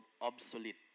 obsolete